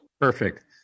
Perfect